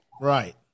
Right